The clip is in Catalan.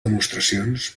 demostracions